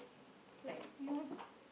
like you know